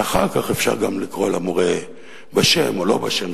ואחר כך אפשר גם לקרוא למורה בשם או לא בשם,